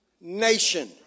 nation